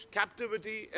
captivity